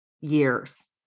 years